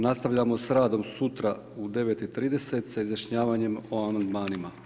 Nastavljamo s radom sutra, u 9,30 s izjašnjavanjem o amandmanima.